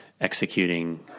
executing